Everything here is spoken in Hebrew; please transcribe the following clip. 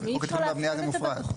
כי בחוק התכנון והבנייה זה מופרד.